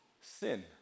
sin